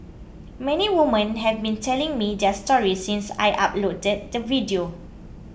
many women have been telling me their stories since I uploaded the video